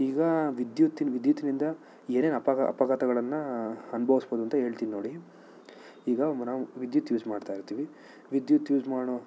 ಈಗ ವಿದ್ಯುತ್ ವಿದ್ಯುತ್ತಿನಿಂದ ಏನೇನು ಅಪಘಾತಗಳನ್ನು ಅನುಭವಿಸ್ಬೋದಂತ ಹೇಳ್ತೀನಿ ನೋಡಿ ಈಗ ನಾವು ವಿದ್ಯುತ್ ಯೂಸ್ ಮಾಡ್ತಾ ಇರ್ತೀವಿ ವಿದ್ಯುತ್ ಯೂಸ್ ಮಾಡೋ